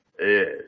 Yes